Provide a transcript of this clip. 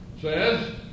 says